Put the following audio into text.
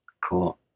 Cool